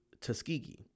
Tuskegee